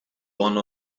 one